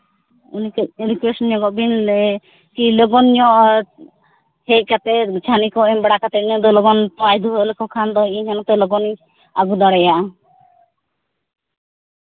ᱦᱮᱸ ᱞᱚᱜᱚᱱ ᱧᱚᱜ ᱦᱮᱡ ᱠᱟᱛᱮᱫ ᱪᱷᱟᱱᱤ ᱠᱚ ᱮᱢ ᱵᱟᱲᱟ ᱠᱟᱛᱮ ᱩᱱᱤ ᱫᱚ ᱞᱚᱜᱚᱱ ᱛᱳᱣᱟᱭ ᱫᱩᱣᱟᱹᱣ ᱞᱮᱠᱚ ᱠᱷᱟᱱ ᱫᱚ ᱤᱧ ᱦᱚᱸ ᱱᱚᱛᱮ ᱞᱚᱜᱚᱱᱤᱧ ᱟᱹᱜᱩ ᱫᱟᱲᱮᱭᱟᱜᱼᱟ